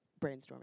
brainstorming